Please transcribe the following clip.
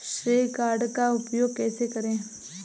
श्रेय कार्ड का उपयोग कैसे करें?